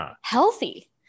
healthy